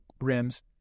rims